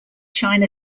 china